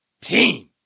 team